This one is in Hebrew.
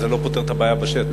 זה לא פותר את הבעיה בשטח.